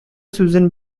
сүзен